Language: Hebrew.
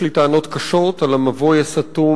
יש לי טענות קשות על המבוי המדיני הסתום,